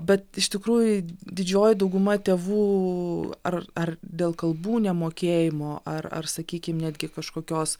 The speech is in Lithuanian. bet iš tikrųjų didžioji dauguma tėvų ar ar dėl kalbų nemokėjimo ar ar sakykim netgi kažkokios